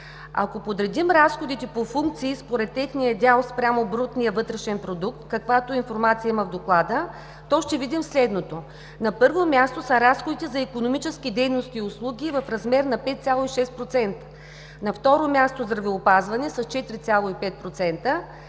Ако подредим разходите по функции според техния дял спрямо брутния вътрешен продукт, каквато информация има в доклада, ще видим следното. На първо място са разходите за икономически дейности и услуги в размер на 5, 6%; на второ място – здравеопазване с 4,5%,